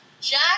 Jack